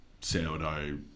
sourdough